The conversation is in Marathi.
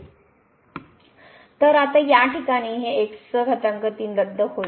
तर आता या ठिकाणी हे रद्द होईल